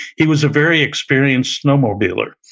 he was a very experienced snowmobiler.